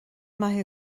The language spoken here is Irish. maith